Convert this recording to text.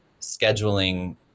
scheduling